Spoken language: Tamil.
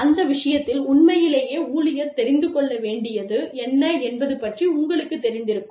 அந்த விஷயத்தில் உண்மையிலேயே ஊழியர் தெரிந்து கொள்ள வேண்டியது என்ன என்பது பற்றி உங்களுக்குத் தெரிந்திருக்கும்